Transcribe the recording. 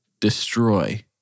destroy